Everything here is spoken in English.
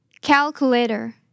Calculator